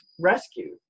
rescued